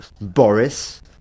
Boris